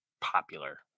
popular